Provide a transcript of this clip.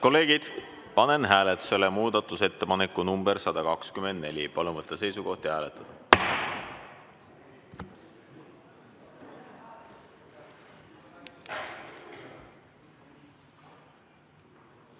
kolleegid, panen hääletusele muudatusettepaneku nr 124. Palun võtta seisukoht ja hääletada!